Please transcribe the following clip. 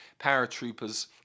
paratroopers